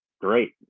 great